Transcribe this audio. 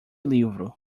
livro